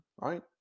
right